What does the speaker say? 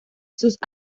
sus